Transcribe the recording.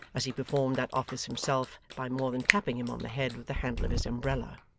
as he performed that office himself by more than tapping him on the head with the handle of his umbrella.